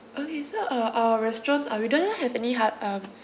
okay so uh our restaurant uh we do not have any hal~ um